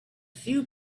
few